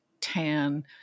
tan